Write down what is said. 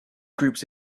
groups